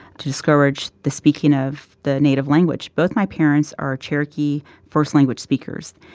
to discourage the speaking of the native language. both my parents are cherokee first-language speakers,